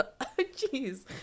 jeez